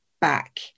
back